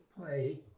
play